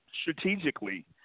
strategically